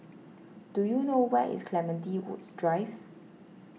do you know where is Clementi Woods Drive